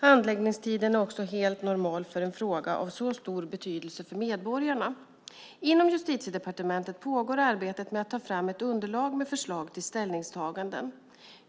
Handläggningstiden är också helt normal för en fråga av så stor betydelse för medborgarna. Inom Justitiedepartementet pågår arbetet med att ta fram ett underlag med förslag till ställningstaganden.